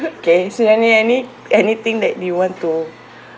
okay suriani any~ anything that you want to